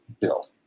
bill